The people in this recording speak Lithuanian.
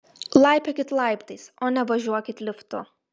laipiokit laiptais o ne važiuokit liftu